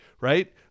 right